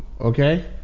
okay